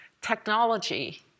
technology